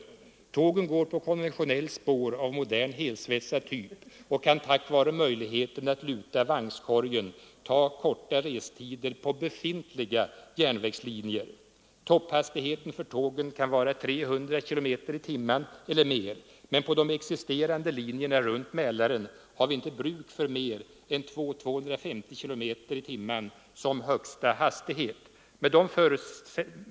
Tågen går på konventionellt spår av modern helsvetsad typ och kan tack vare möjligheten att luta vagnskorgen ge korta restider på befintliga järnvägslinjer. Topphastigheten för tågen kan vara 300 km tim som högsta hastighet.